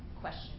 question